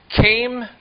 came